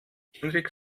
henrik